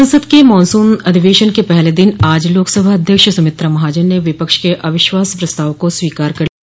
संसद के मानसून अधिवेशन के पहले दिन आज लोकसभा अध्यक्ष सुमित्रा महाजन ने विपक्ष के अविश्वास प्रस्ताव को स्वीकार कर लिया